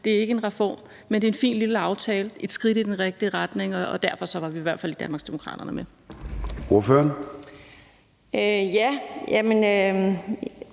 Det er ikke en reform, men en fin lille aftale og et skridt i den rigtige retning. Derfor var vi i Danmarksdemokraterne i